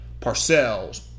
Parcells